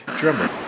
drummer